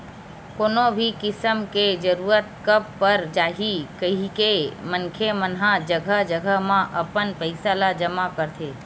कोनो भी किसम के जरूरत कब पर जाही कहिके मनखे मन ह जघा जघा म अपन पइसा ल जमा करथे